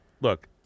look